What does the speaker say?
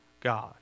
God